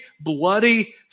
bloody